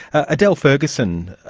adele ferguson,